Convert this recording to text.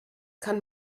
kann